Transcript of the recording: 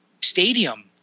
Stadium